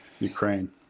Ukraine